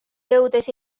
jõudes